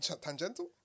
Tangential